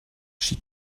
she